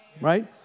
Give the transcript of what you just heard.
right